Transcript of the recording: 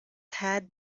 had